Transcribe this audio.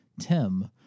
Tim